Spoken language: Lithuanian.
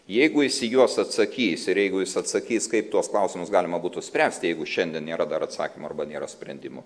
jeigu jis į juos atsakys ir jeigu jis atsakys kaip tuos klausimus galima būtų spręsti jeigu šiandien nėra dar atsakymo arba nėra sprendimų